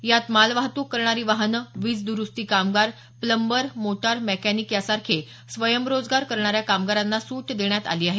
यात मालवाहतूक करणारी वाहनं वीज दुरूस्ती कामगार प्लंबर मोटर मेकॅनिक यासारखे स्वयंरोजगार करणाऱ्या कामगारांना सूट देण्यात आली आहे